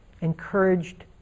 encouraged